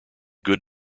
good